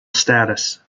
status